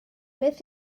beth